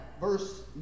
verse